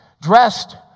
dressed